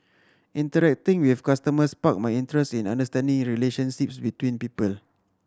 interacting with customers sparked my interest understanding relationships between people